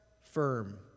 firm